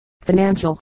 financial